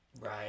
Right